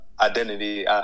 identity